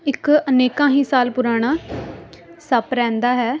ਇੱਕ ਅਨੇਕਾਂ ਹੀ ਸਾਲ ਪੁਰਾਣਾ ਸੱਪ ਰਹਿੰਦਾ ਹੈ